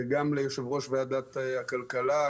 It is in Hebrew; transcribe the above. וגם ליושב-ראש ועדת הכלכלה.